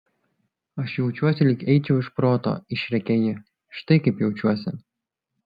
aš jaučiuosi lyg eičiau iš proto išrėkė ji štai kaip jaučiuosi